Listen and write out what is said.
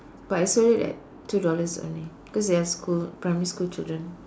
but I sold it at two dollars only because they are school primary school children